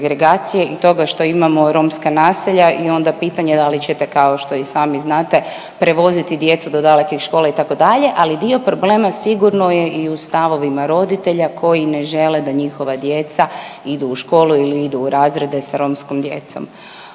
segregacije i toga što imamo romska naselja i onda pitanja da li ćete kao što i sami znate prevoziti djecu do dalekih škola itd., ali dio problema sigurno je i u stavovima roditelja koji ne žele da njihova djece idu u školu ili idu u razrede s romskom djecom.